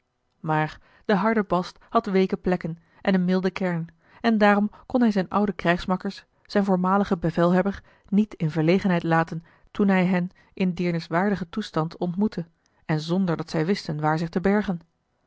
maar de harde bast had weeke plekken en eene milde kern en daarom kon hij zijne oude krijgsmakkers zijn voormaligen bevelhebber niet in verlegenheid laten toen hij hen in deerniswaardigen toestand ontmoette en zonderdat zij wisten waar zich te bergen